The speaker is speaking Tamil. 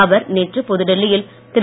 அவர் நேற்று புதுடில்லி யில் திரு